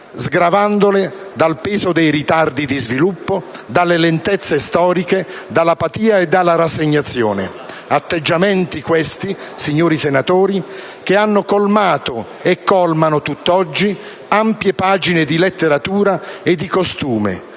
sgravandole dal peso dei ritardi di sviluppo, dalle lentezze storiche, dall'apatia e dalla rassegnazione: atteggiamenti questi, signori senatori, che hanno colmato e colmano tutt'oggi ampie pagine di letteratura e di costume,